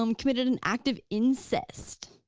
um committed an act of incest.